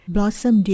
Blossom